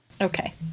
Okay